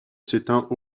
s’éteint